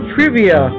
Trivia